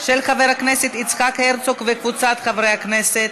של חבר הכנסת יצחק הרצוג וקבוצת חברי הכנסת.